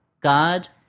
God